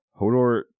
Hodor